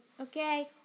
okay